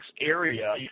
area